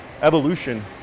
evolution